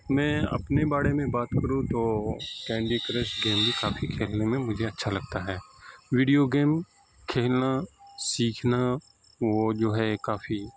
میں اپنے بارے میں بات کروں تو کینڈی کرش گیم کافی کھیلنے میں مجھے اچھا لگتا ہے ویڈیو گیم کھیلنا سیکھنا وہ جو ہے کافی